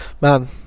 Man